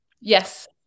yes